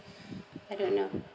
I don't know